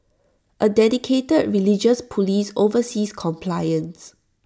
A dedicated religious Police oversees compliance